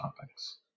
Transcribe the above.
topics